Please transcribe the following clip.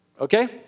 Okay